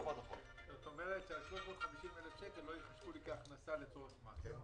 זאת אומרת שעל 350,000 לא ייקחו לי כהכנסה לצורך מס.